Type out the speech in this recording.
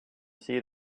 see